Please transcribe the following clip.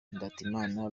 ndatimana